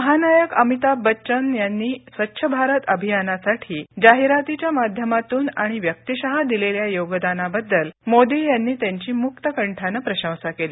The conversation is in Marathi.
महानायक अमिताभ बच्चन यांनी स्वच्छ भारत अभियानासाठी जाहिरातीच्या माध्यमातुन आणि व्यक्तिशः दिलेल्या योगदानाबद्दल मोदी यांनी मुक्तकंठानं प्रशंसा केली